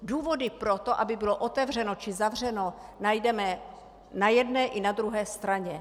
Důvody pro to, aby bylo otevřeno či zavřeno, najdeme na jedné i na druhé straně.